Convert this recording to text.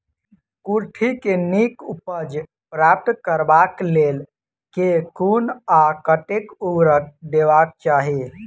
कुर्थी केँ नीक उपज प्राप्त करबाक लेल केँ कुन आ कतेक उर्वरक देबाक चाहि?